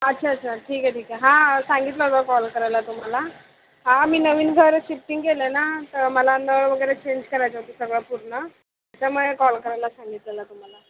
अच्छा अच्छा ठीक आहे ठीक आहे हां सांगितलं होतं कॉल करायला तुम्हाला हां मी नवीन घर शिफ्टिंग केलं आहे ना तर मला नळ वगैरे चेंज करायचे होते सगळं पुर्ण त्यामुळे कॉल करायला सांगितलेला तुम्हाला